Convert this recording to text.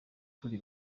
turi